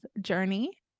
journey